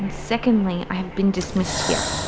and secondly, i have been dismissed here.